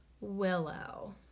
willow